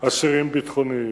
אסירים ביטחוניים.